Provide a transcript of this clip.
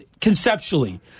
conceptually